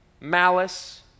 malice